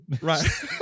right